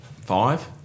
five